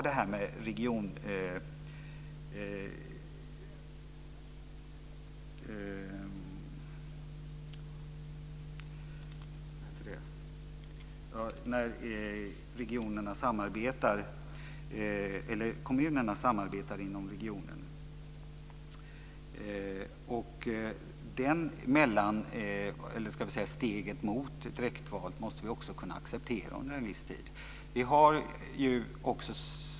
Det finns olika sammanslutningar av kommuner i en region som samarbetar, och det steget mot direktval måste vi också kunna acceptera under en viss tid.